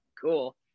cool